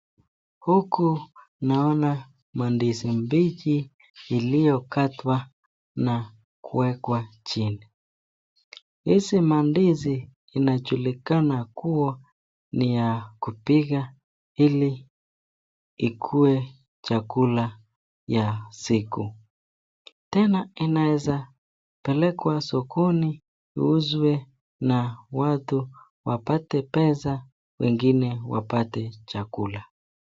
Huku naona mandizi mbichi, iliyokwatwa na kuwekwa chini. Hizi mandizi inajulikana kuwa ni ya kupika ili ikuwe chakula ya siku, tena inaweza pelekwa sokoni iuzwe na watu, wapate pesa wengine wapate chakula.